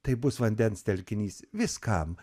tai bus vandens telkinys viskam